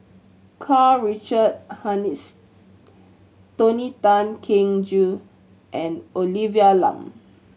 Karl Richard Hanitsch Tony Tan Keng Joo and Olivia Lum